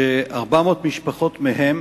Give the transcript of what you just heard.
ו-400 משפחות מהן